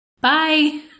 Bye